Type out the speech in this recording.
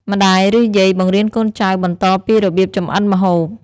ម្ដាយ ឬ យាយបង្រៀនកូនចៅបន្តពីរបៀបចម្អិនម្ហូប។